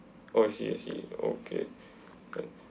oh I see I see okay can